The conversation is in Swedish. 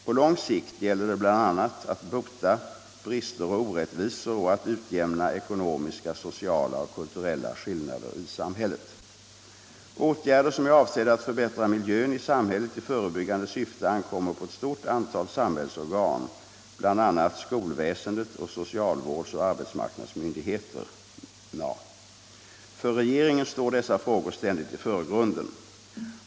På lång sikt gäller det bl.a. att bota brister och orättvisor och att utjämna ekonomiska, sociala och kulturella skillnader i samhället. Åtgärder som är avsedda att förbättra miljön i samhället i förebyggande syfte ankommer på ett stort antal samhällsorgan, bl.a. skolväsendet och socialvårdsoch arbetsmarknadsmyndigheterna. För rege ringen står dessa frägor ständigt i förgrunden.